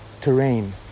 terrain